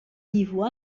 niveau